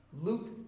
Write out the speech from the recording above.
Luke